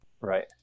Right